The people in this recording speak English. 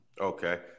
Okay